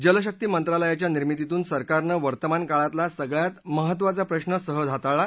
जलशक्ती मंत्रालयाच्या निर्मितीतून सरकारनं वर्तमान काळातला सगळ्यात महत्त्वाचा प्रश्न सहज हाताळला